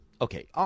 Okay